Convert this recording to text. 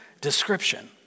description